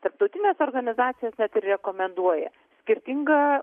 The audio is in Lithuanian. tarptautinės organizacijos net ir rekomenduoja skirtinga